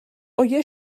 wyau